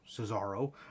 Cesaro